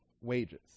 wages